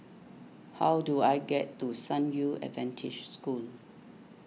how do I get to San Yu Adventist School